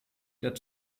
der